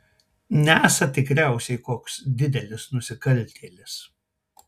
nesat tikriausiai koks didelis nusikaltėlis